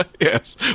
Yes